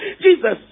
Jesus